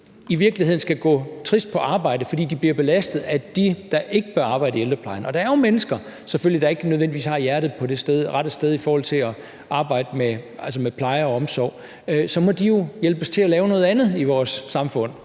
i virkeligheden skal gå triste på arbejde, fordi de bliver belastet af dem, der ikke bør arbejde i ældreplejen. Der er jo mennesker, selvfølgelig, der ikke nødvendigvis har hjertet på det rette sted i forhold til at arbejde med pleje og omsorg. De må jo hjælpes til at lave noget andet i vores samfund.